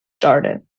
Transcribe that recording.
started